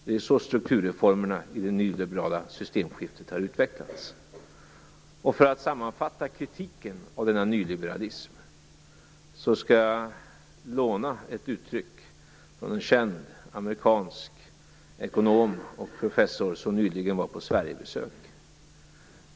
Det är så strukturreformerna i det nyliberala systemskiftet har utvecklats. För att sammanfatta kritiken av denna nyliberalism skall jag låna ett uttryck från en känd amerikansk ekonom och professor som nyligen var på Sverigebesök.